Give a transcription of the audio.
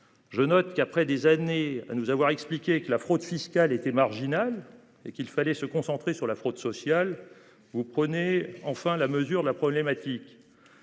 Je note qu'après des années à nous avoir expliqué que la fraude fiscale était marginal et qu'il fallait se concentrer sur la fraude sociale. Vous prenez enfin la mesure de la problématique.